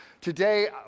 Today